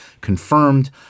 confirmed